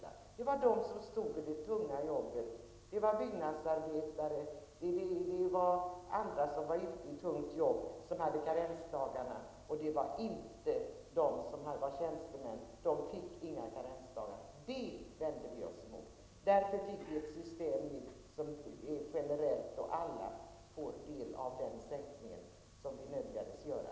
Det var de som hade de tunga jobben, byggnadsarbetare och andra som var ute i tungt arbete som fick karensdagarna, och inte de som var tjänstemän. De fick inga karensdagar. Det vände vi oss emot, och därför fick vi ett system där alla får del av den sänkning som vi nödgades göra.